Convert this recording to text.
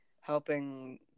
helping